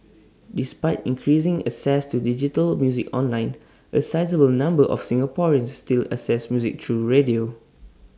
despite increasing access to digital music online A sizeable number of Singaporeans still access music through radio